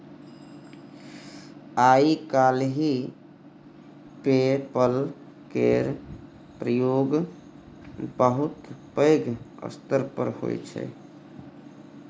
आइ काल्हि PayPal केर प्रयोग बहुत पैघ स्तर पर होइ छै